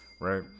right